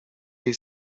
jej